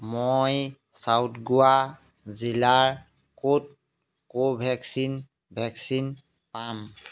মই চাউথ গোৱা জিলাৰ ক'ত কোভেক্সিন ভেকচিন পাম